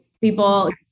people